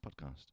Podcast